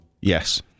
Yes